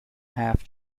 half